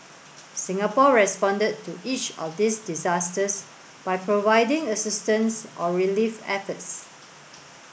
Singapore responded to each of these disasters by providing assistance or relief efforts